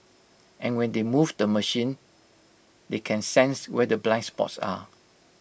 and when they move the machine they can sense where the blind spots are